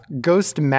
Ghost